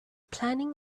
planning